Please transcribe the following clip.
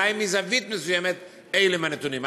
אולי מזווית מסוימת אלה הם הנתונים.